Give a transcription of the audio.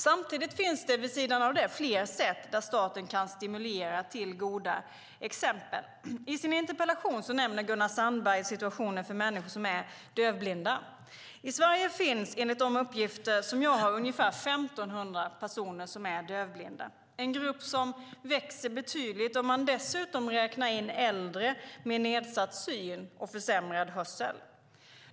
Vid sidan av det finns det flera sätt för staten att stimulera till goda exempel. I sin interpellation nämner Gunnar Sandberg situationen för människor som är dövblinda. I Sverige finns, enligt de uppgifter som jag har, ungefär 1 500 personer som är dövblinda. Det är en grupp som växer betydligt om man dessutom räknar in äldre med nedsatt syn och försämrad hörsel.